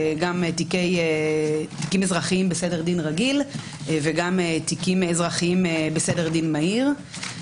גם תיקים אזרחיים בסדר דין רגיל וגם תיקים אזרחיים בסדר דין מהיר.